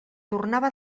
tornava